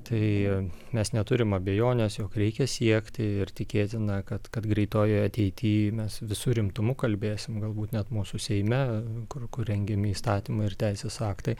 tai mes neturim abejonės jog reikia siekti ir tikėtina kad kad greitoj ateity mes visu rimtumu kalbėsim galbūt net mūsų seime kur rengiami įstatymai ir teisės aktai